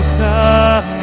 come